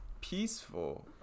peaceful